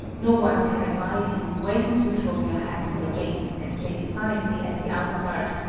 no one can advise you when to throw your hat in the ring and say defiantly at the outstart,